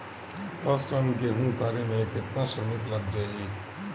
दस टन गेहूं उतारे में केतना श्रमिक लग जाई?